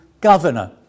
governor